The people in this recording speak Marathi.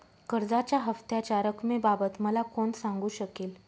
कर्जाच्या हफ्त्याच्या रक्कमेबाबत मला कोण सांगू शकेल?